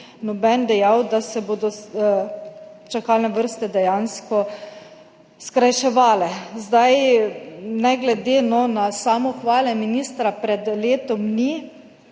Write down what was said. nihče dejal, da se bodo čakalne vrste dejansko skrajševale. Ne glede na samohvale ministra pred letom dni,